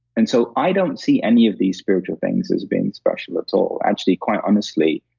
and so, i don't see any of these spiritual things as being special at all. actually, quite honestly,